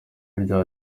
rya